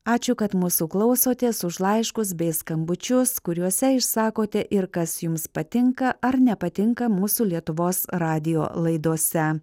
ačiū kad mūsų klausotės už laiškus bei skambučius kuriuose išsakote ir kas jums patinka ar nepatinka mūsų lietuvos radijo laidose